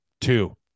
two